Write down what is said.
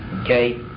Okay